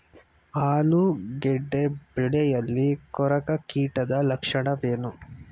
ಆಲೂಗೆಡ್ಡೆ ಬೆಳೆಯಲ್ಲಿ ಕೊರಕ ಕೀಟದ ಲಕ್ಷಣವೇನು?